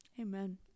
Amen